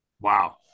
Wow